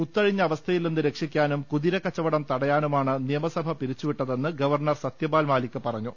ജമ്മുകശ്മീരിനെ കുത്തഴിഞ്ഞ അവസ്ഥയിൽ നിന്ന് രക്ഷി ക്കാനും കുതിരക്കച്ചവടം തടയാനുമാണ് നിയമസഭ പിരിച്ചുവിട്ട തെന്ന് ഗവർണർ സത്യപാൽ മാലിക് പറഞ്ഞു